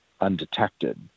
undetected